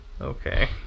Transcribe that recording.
Okay